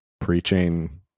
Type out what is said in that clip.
preaching